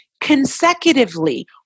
consecutively